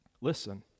listen